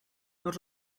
not